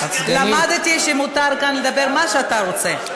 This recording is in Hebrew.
למדתי שמותר כאן לדבר על מה שאתה רוצה,